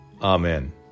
Amen